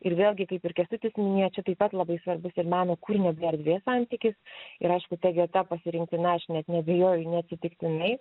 ir vėlgi kaip ir kęstutis minėjo čia taip pat labai svarbus ir meno kūrinio bei erdvės santykis ir aišku ta vieta pasirinktina aš net neabejoju neatsitiktinai